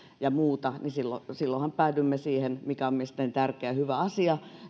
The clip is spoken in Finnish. ja muuta niin silloinhan päädymme siihen mikä on mielestäni tärkeä ja hyvä asia